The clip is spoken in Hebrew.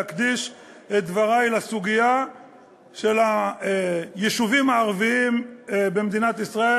להקדיש את דברי לסוגיה של היישובים הערביים במדינת ישראל.